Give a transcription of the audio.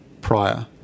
prior